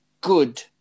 good